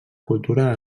cultura